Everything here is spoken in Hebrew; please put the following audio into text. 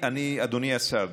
אדוני השר,